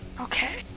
Okay